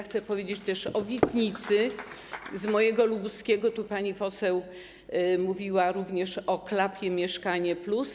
Chcę powiedzieć też o Witnicy, z mojego lubuskiego, pani poseł mówiła również o klapie programu „Mieszkanie+”